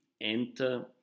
enter